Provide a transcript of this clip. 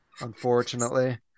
unfortunately